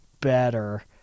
better